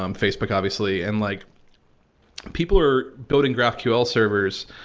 um facebook obviously and like people are building graphql servers.